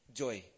joy